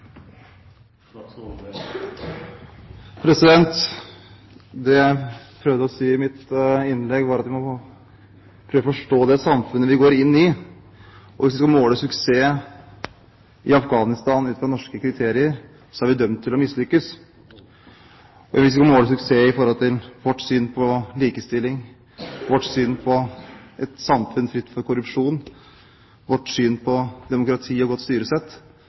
Det jeg prøvde å si i mitt innlegg, var at vi må prøve å forstå det samfunnet vi går inn i. Og hvis vi skal måle suksess i Afghanistan ut fra norske kriterier, er vi dømt til å mislykkes. Hvis vi skal måle suksess ut fra vårt syn på likestilling, vårt syn på et samfunn fritt for korrupsjon og vårt syn på demokrati og godt styresett,